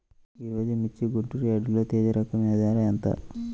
ఈరోజు మిర్చి గుంటూరు యార్డులో తేజ రకం ధర ఎంత?